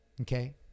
Okay